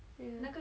mm